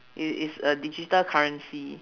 it is a digital currency